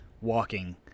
walking